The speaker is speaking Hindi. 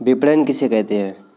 विपणन किसे कहते हैं?